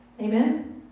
Amen